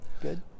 Good